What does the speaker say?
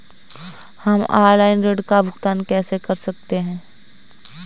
हम ऑनलाइन ऋण का भुगतान कैसे कर सकते हैं?